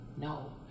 no